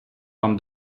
вам